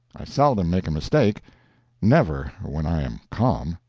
i seldom make a mistake never, when i am calm.